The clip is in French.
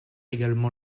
également